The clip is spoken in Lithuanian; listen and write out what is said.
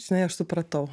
žinai aš supratau